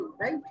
right